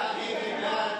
יצביע נגד.